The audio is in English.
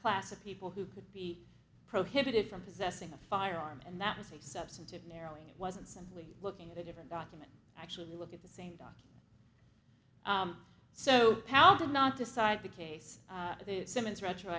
class of people who could be prohibited from possessing a firearm and that was a substantive narrowing it wasn't simply looking at a different document i actually looked at the same doc so how did not decide the case of the simmons retro